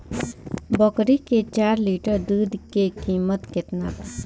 बकरी के चार लीटर दुध के किमत केतना बा?